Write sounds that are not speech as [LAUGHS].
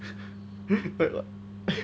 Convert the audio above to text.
[LAUGHS] [NOISE]